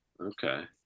Okay